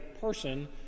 person